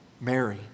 Mary